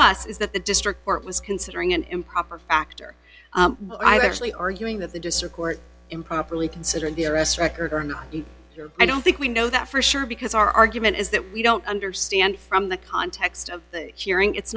us is that the district court was considering an improper factor i actually arguing that the district court improperly considered the arrest record or not i don't think we know that for sure because our argument is that we don't understand from the context of hearing it's